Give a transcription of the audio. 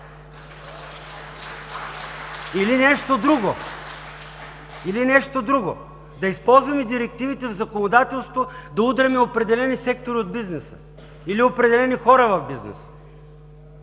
Или нещо друго – да използваме директивите в законодателството да удряме определени сектори от бизнеса или определени хора в бизнеса?